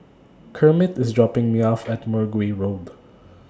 Kermit IS dropping Me off At Mergui Road